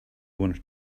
wanted